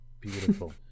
Beautiful